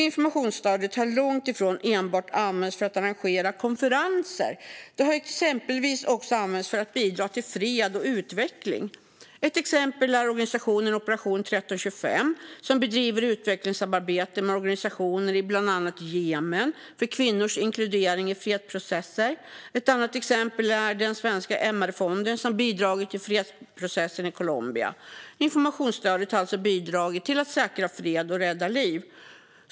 Informationsstödet har långt ifrån enbart använts för att arrangera konferenser. Det har exempelvis också använts för att bidra till fred och utveckling. Ett exempel är organisationen Operation 1325 som bedriver utvecklingssamarbete med organisationer i bland annat Jemen för kvinnors inkludering i fredsprocesser. Ett annat exempel är den svenska MR-fonden som har bidragit till fredsprocessen i Colombia. Informationsstödet har alltså bidragit till att säkra fred och rädda liv.